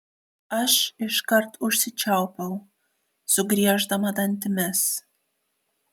aš iškart užsičiaupiau sugrieždama dantimis